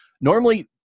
Normally